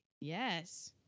Yes